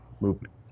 movement